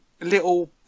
little